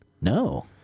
No